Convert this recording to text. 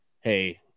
hey